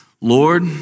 Lord